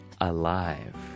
alive